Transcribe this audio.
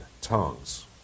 tongues